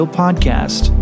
podcast